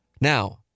now